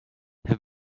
have